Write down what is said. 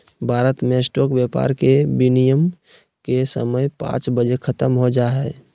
भारत मे स्टॉक व्यापार के विनियम के समय पांच बजे ख़त्म हो जा हय